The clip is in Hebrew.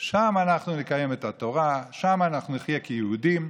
שם אנחנו נקיים את התורה, שם אנחנו נחיה כיהודים,